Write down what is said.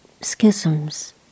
schisms